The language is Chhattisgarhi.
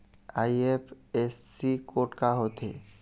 आई.एफ.एस.सी कोड का होथे?